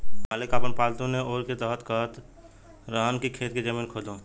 मालिक आपन पालतु नेओर के कहत रहन की खेत के जमीन खोदो